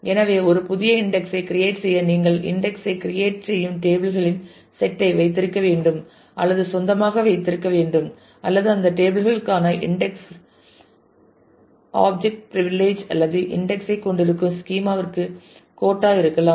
எனவே ஒரு புதிய இன்டெக்ஸ் ஐ கிரியேட் செய்ய நீங்கள் இன்டெக்ஸ் ஐ கிரியேட் செய்யும் டேபிள் களின் செட் ஐ வைத்திருக்க வேண்டும் அல்லது சொந்தமாக வைத்திருக்க வேண்டும் அல்லது அந்த டேபிள் களுக்கான இன்டெக்ஸ் ஆப்ஜெக்ட் பிரிவிலிஜ் அல்லது இன்டெக்ஸ் ஐ கொண்டிருக்கும் ஸ்கீமா விற்கு கோட்டா இருக்கலாம்